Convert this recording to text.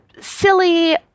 silly